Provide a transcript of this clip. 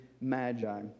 magi